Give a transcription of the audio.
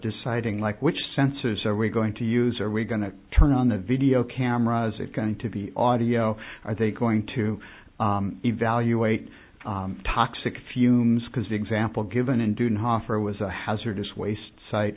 deciding like which sensors are we going to use are we going to turn on the video cameras it's going to be audio are they going to evaluate toxic fumes because the example given in doing hoffer was a hazardous waste site